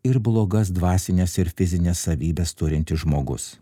ir blogas dvasines ir fizines savybes turintis žmogus